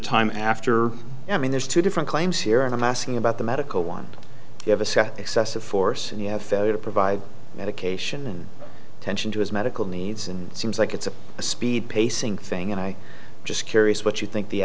time after i mean there's two different claims here and i'm asking about the medical one you have assessed excessive force and you have failure to provide medication and attention to his medical needs and it seems like it's a speed pacing thing and i just curious what you think the